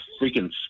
freaking